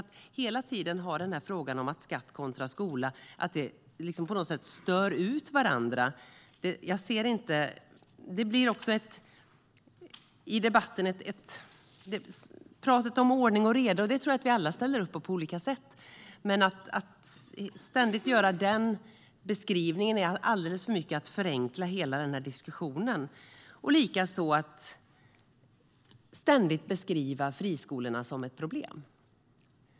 Det är hela tiden denna fråga om skatt kontra skola, att de på något sätt stör ut varandra. Ordning och reda som det pratas om tror jag att vi alla på olika sätt ställer upp på. Men att ständigt göra den beskrivningen tror jag är att förenkla hela diskussionen alldeles för mycket. Likaså att ständigt beskriva friskolorna som ett problem.